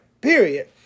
period